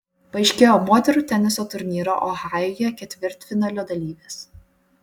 paaiškėjo moterų teniso turnyro ohajuje ketvirtfinalio dalyvės